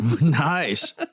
Nice